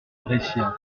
brescia